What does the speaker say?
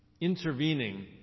intervening